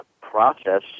process